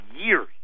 years